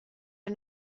are